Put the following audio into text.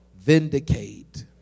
vindicate